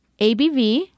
ABV